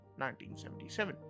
1977